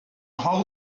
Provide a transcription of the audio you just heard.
whole